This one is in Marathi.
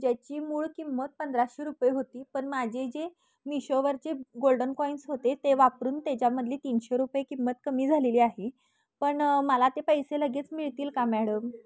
ज्याची मूळ किंमत पंधराशे रुपये होती पण माझे जे मिशोवरचे गोल्डन कॉईन्स होते ते वापरून त्याच्यामधली तीनशे रुपये किंमत कमी झालेली आहे पण मला ते पैसे लगेच मिळतील का मॅडम